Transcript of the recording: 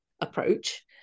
approach